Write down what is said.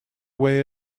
way